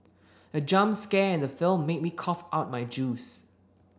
the jump scare in the film made me cough out my juice